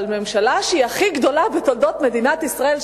אבל ממשלה שהיא הכי גדולה בתולדות מדינת ישראל,